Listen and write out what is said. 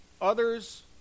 Others